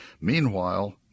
meanwhile